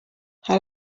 hari